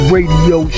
Radio